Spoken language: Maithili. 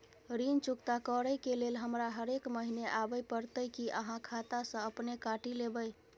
ऋण चुकता करै के लेल हमरा हरेक महीने आबै परतै कि आहाँ खाता स अपने काटि लेबै?